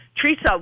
Teresa